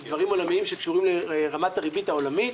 עם דברים עולמיים שקשורים לרמת הריבית העולמית,